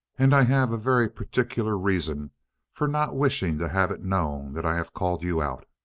and i have a very particular reason for not wishing to have it known that i have called you out.